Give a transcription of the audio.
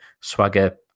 swagger